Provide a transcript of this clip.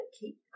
keep